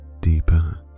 deeper